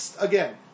again